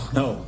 no